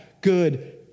good